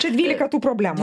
čia dvylika tų problemų